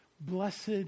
blessed